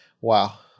Wow